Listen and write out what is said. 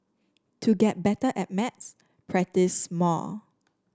to get better at maths practise more